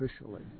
officially